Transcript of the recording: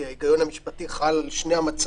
כי ההיגיון המשפטי חל על שני המצבים,